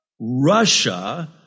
Russia